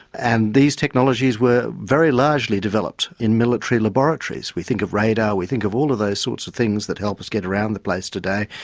and these technologies were very largely developed in military laboratories. we think of radar, we think of all of those sorts of things that help us get around the place today,